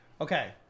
Okay